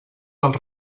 dels